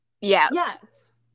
Yes